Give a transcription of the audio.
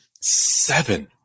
Seven